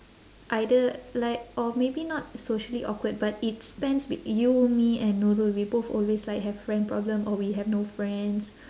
either like or maybe not socially awkward but it spans w~ you me and nurul we both always like have friend problem or we have no friends